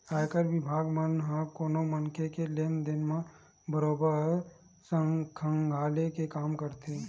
आयकर बिभाग मन ह कोनो मनखे के लेन देन ल बरोबर खंघाले के काम करथे